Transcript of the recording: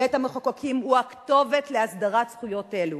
בית-המחוקקים הוא הכתובת להסדרת זכויות אלו.